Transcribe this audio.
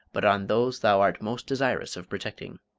but on those thou art most desirous of protecting.